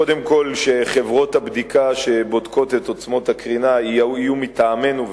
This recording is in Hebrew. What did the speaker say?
קודם כול שחברות הבדיקה שבודקות את עוצמות הקרינה יהיו מטעמנו,